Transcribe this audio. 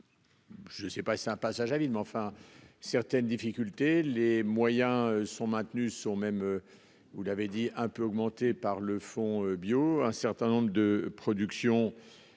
Je ne sais pas si c'est un passage à vide mais enfin certaines difficultés les moyens sont maintenus sont même. Vous l'avez dit un peu augmenté par le Fonds bio, un certain nombre de productions.